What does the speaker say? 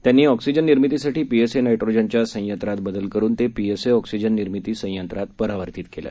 त्यांनी ऑक्सिजन निर्मितीसाठी पीएस नायट्रोजनच्या संयंत्रात बदल करून ते पीएसए ऑक्सिजन निर्मिती संयंत्रात परावर्तीत केलं